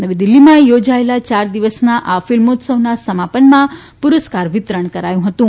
નવી દિલ્ફીમાં યોજાયેલા ચાર દિવસના આફિલ્મોત્સવના સમાપનમાં પુરસ્કાર વિતરણ કરાયું હતું